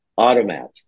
Automat